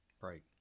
Right